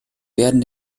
werden